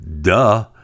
duh